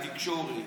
התקשורת.